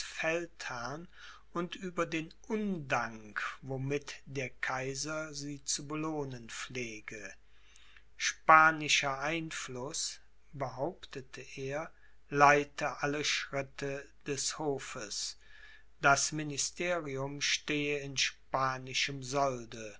feldherrn und über den undank womit der kaiser sie zu belohnen pflege spanischer einfluß behauptete er leite alle schritte des hofes das ministerium stehe in spanischem solde